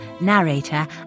narrator